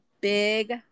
big